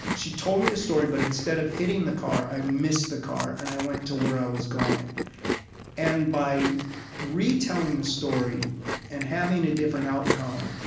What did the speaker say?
she told me the story, but instead of hitting the car, i missed the car, and i went to where i was going and by retelling the story and having a different outcome,